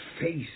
face